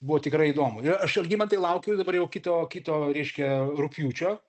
buvo tikrai įdomu ir aš algimantai laukiu dabar jau kito kito reiškia rugpjūčio